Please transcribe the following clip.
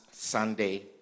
Sunday